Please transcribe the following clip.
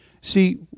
See